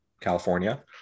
California